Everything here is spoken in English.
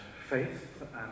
faith